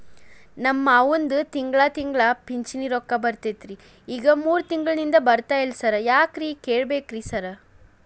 ನಮ್ ಮಾವಂದು ತಿಂಗಳಾ ತಿಂಗಳಾ ಪಿಂಚಿಣಿ ರೊಕ್ಕ ಬರ್ತಿತ್ರಿ ಈಗ ಮೂರ್ ತಿಂಗ್ಳನಿಂದ ಬರ್ತಾ ಇಲ್ಲ ಸಾರ್ ಯಾರಿಗ್ ಕೇಳ್ಬೇಕ್ರಿ ಸಾರ್?